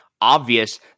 obvious